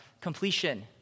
completion